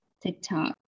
TikTok